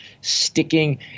sticking